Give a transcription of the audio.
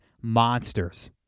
monsters